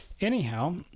Anyhow